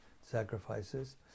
sacrifices